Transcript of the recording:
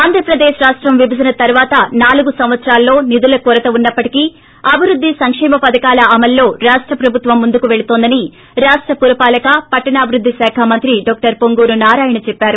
ఆంద్ర ప్రదేశ్ రాష్టం విభజన తరువాత నాలుగు సంవత్సరాలలో నిధుల కొరత ఉన్నప్పటికీ అభివృద్ది సంక్షేమ పధకాల అమలులో రాష్ట ప్రభుత్వం ముందుకు పెళుతోందని రాష్ట పురపాలక పట్లణాభివృద్ధి శాఖ మంత్రి డాక్టర్ హోంగూరు నారాయణ చెప్పారు